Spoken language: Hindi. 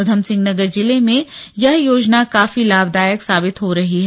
उधम सिंह नगर जिले में यह योजना काफी लाभदायक साबित हो रही है